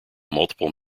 multiple